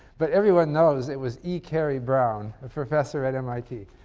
but everyone knows it was e. cary brown, a professor at mit.